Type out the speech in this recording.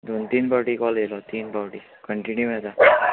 दोन तीन पावटी कॉल येयलो तीन पावटी कंटिन्यू येता